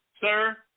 Sir